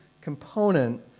component